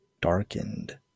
darkened